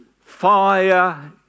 fire